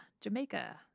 Jamaica